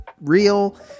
real